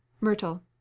Myrtle